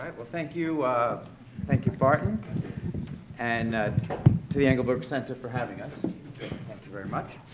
well thank you thank you barton and to the engelberg center for having ah thank you very much.